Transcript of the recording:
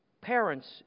Parents